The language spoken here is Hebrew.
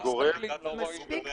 זה גורם מסייע לחקירות.